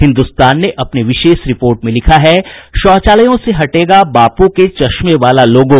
हिन्दुस्तान ने अपनी विशेष रिपोर्ट में लिखा है शौचालयों से हटेगा बापू के चश्मे वाला लोगो